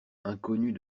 inconnus